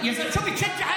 אין בעיה.